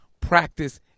practice